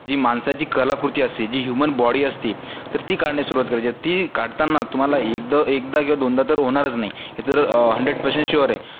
जी माणसाची कलाकृती असते जी ह्युमन बॉडी असते तर ती काढण्यास सुरुवात करायची ती काढताना तुम्हाला एकदं एकदा किंवा दोनदा तर होणारच नाही हे तर हंड्रेड पर्सेंट शुअर आहे